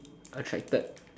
attracted